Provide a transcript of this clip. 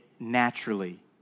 Naturally